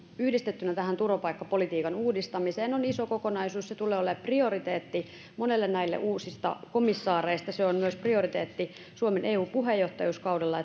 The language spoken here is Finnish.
yhdistettynä tähän turvapaikkapolitiikan uudistamiseen on iso kokonaisuus se tulee olemaan prioriteetti monelle uusista komissaareista se on prioriteetti myös suomen eu puheenjohtajuuskaudella